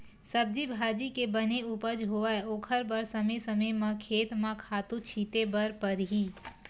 सब्जी भाजी के बने उपज होवय ओखर बर समे समे म खेत म खातू छिते बर परही